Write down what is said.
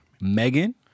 Megan